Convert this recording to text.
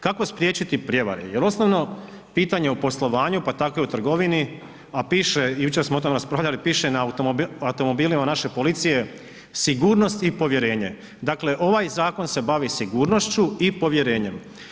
Kako spriječiti prevare je osnovno pitanje u poslovanju, pa tako i u trgovini, a piše, jučer smo o tom raspravljati, piše na automobilima naše policije „sigurnost i povjerenje“, dakle ovaj zakon se bavi sigurnošću i povjerenjem.